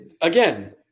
again